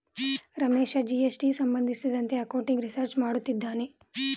Ramesh GST ಸಂಬಂಧಿಸಿದಂತೆ accounting research ಮಾಡುತ್ತಿದ್ದಾನೆ